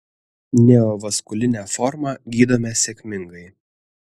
neovaskulinę formą gydome sėkmingai